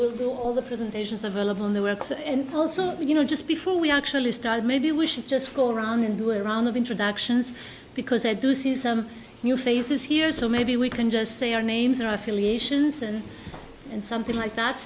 we'll do all the presentations available in the works and also you know just before we actually started maybe we should just go around and do a round of introductions because i do see some new faces here so maybe we can just say our names their affiliations and and something like that